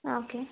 ആ ഓക്കെ